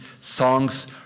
songs